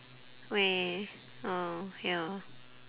oh ya